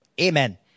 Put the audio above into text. Amen